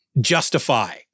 justify